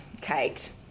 Kate